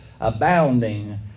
abounding